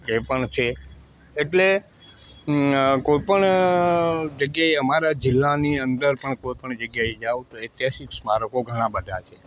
એ પણ છે એટલે કોઈ પણ જગ્યાએ અમારા જિલ્લાની અંદર પણ કોઈ પણ જગ્યાએ જાઓ તો ઐતિહાસિક સ્મારકો ઘણા બધા છે